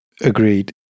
Agreed